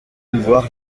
pouvoir